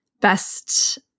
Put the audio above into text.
best